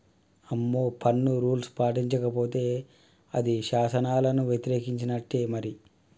అమ్మో పన్ను రూల్స్ పాటించకపోతే అది శాసనాలను యతిరేకించినట్టే మరి